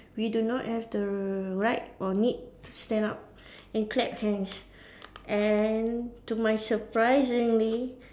we do not have the right or need to stand up and clap hands and to my surprisingly